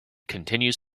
continues